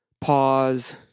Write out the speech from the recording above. pause